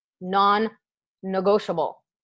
non-negotiable